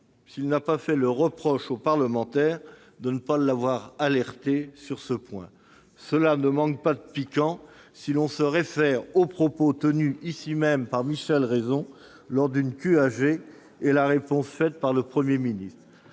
s'il n'a pas fait le reproche aux parlementaires de ne pas l'avoir alerté sur ce point. Cela ne manque pas de piquant si l'on se réfère aux propos tenus ici même par Michel Raison lors d'une question d'actualité au Gouvernement et